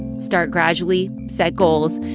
start gradually, set goals,